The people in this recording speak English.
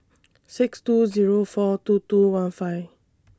six two Zero four two two one five